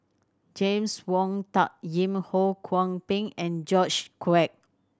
James Wong Tuck Yim Ho Kwon Ping and George Quek